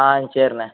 ஆ சேரிண்ணே